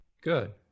Good